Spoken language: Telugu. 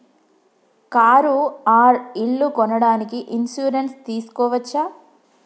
కారు ఆర్ ఇల్లు కొనడానికి ఇన్సూరెన్స్ తీస్కోవచ్చా?